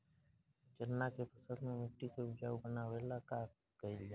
चन्ना के फसल में मिट्टी के उपजाऊ बनावे ला का कइल जाला?